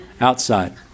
Outside